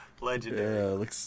Legendary